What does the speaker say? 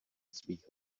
svých